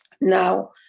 Now